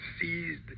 seized